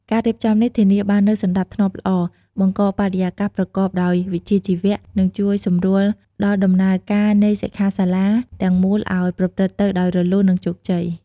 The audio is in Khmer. ការរៀបចំនេះធានាបាននូវសណ្តាប់ធ្នាប់ល្អ បង្កបរិយាកាសប្រកបដោយវិជ្ជាជីវៈ និងជួយសម្រួលដល់ដំណើរការនៃសិក្ខាសាលាទាំងមូលឲ្យប្រព្រឹត្តទៅដោយរលូន និងជោគជ័យ។